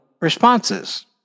responses